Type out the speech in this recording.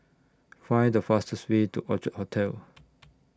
Find The fastest Way to Orchard Hotel